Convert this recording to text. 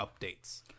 updates